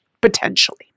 potentially